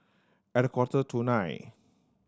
at a quarter to nine